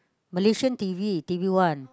Malaysian t_v t_v one